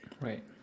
Right